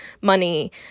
money